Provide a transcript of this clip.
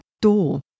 door